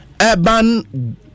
Urban